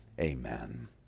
amen